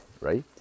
right